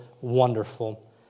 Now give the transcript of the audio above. wonderful